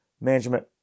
management